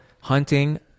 hunting